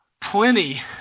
plenty